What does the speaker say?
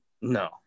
No